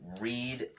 read